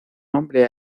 nombre